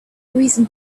reason